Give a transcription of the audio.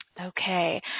Okay